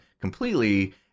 completely